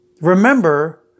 Remember